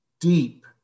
deep